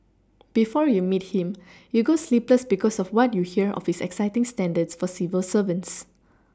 before you meet him you go sleepless because of what you hear of his exacting standards for civil servants